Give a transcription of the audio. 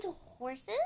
horses